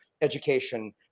education